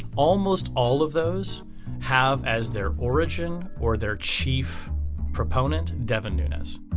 almost all of those have as their origin or their chief proponent devon nunez